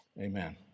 Amen